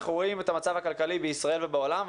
אנחנו רואים את המצב הכלכלי בישראל ובעולם,